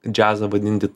džiazą vadinti